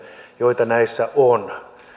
jota näissä on